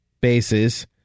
bases